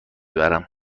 برم